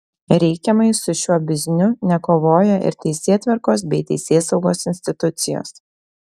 reikiamai su šiuo bizniu nekovoja ir teisėtvarkos bei teisėsaugos institucijos